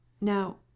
Now